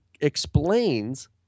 explains